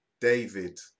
David